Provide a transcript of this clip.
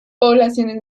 poblaciones